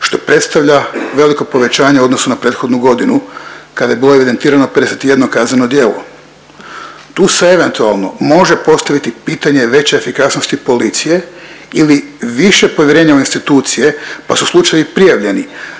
što predstavlja veliko povećanje u odnosu na prethodnu godinu kada je bilo evidentirano 51 kazneno djelo. Tu se eventualno može postaviti pitanje veće efikasnosti policije ili više povjerenja u institucije, pa su slučajevi prijavljeni,